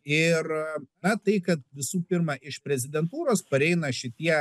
ir na tai kad visų pirma iš prezidentūros pareina šitie